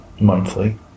monthly